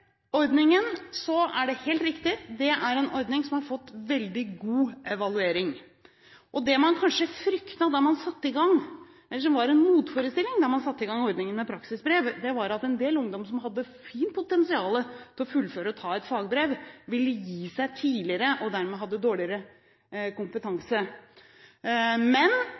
ordningen med praksisbrev, var at en del ungdommer som hadde fint potensial til å fullføre og ta et fagbrev, ville gi seg tidligere og dermed hadde dårligere kompetanse. Men